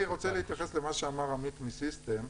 -- אני רוצה להתייחס למה שאמר עמית מסיסטם.